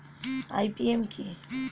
IPM কি?